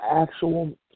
actual